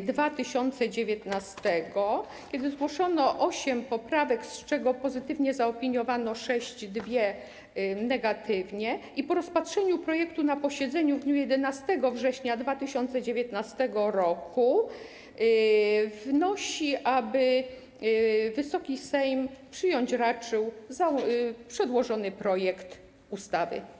2019 r., kiedy zgłoszono osiem poprawek, z czego pozytywnie zaopiniowano sześć, dwie negatywnie, i po rozpatrzeniu projektu na posiedzeniu w dniu 11 września 2019 r. wnosi, aby Wysoki Sejm przyjąć raczył przedłożony projekt ustawy.